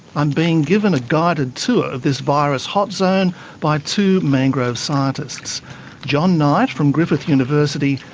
i'm being given a guided tour of this virus hot-zone by two mangrove scientists jon knight from griffith university,